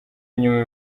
inyuma